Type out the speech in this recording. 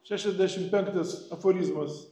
šešiasdešim penktas aforizmas